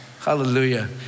hallelujah